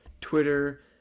Twitter